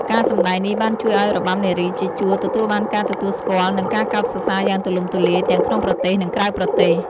ការសម្តែងនេះបានជួយឱ្យរបាំនារីជាជួរទទួលបានការទទួលស្គាល់ និងការកោតសរសើរយ៉ាងទូលំទូលាយ ទាំងក្នុងប្រទេស និងក្រៅប្រទេស។